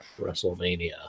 WrestleMania